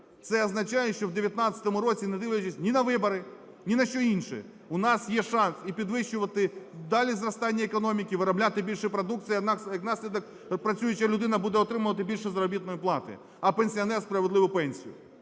Це означає, що в 19-му році, не дивлячись ні на вибори, ні на що інше у нас є шанс і підвищувати далі зростання економіки, виробляти більше продукції. А як наслідок працююча людина буде отримувати більше заробітної плати, а пенсіонер – справедливу пенсію.